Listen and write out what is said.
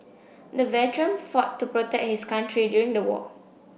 the veteran fought to protect his country during the war